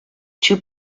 two